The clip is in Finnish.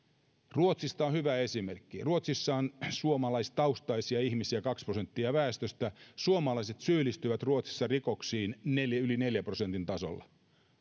ruotsista on hyvä esimerkki ruotsissa on suomalaistaustaisia ihmisiä kaksi prosenttia väestöstä suomalaiset syyllistyvät ruotsissa rikoksiin yli neljän prosentin tasolla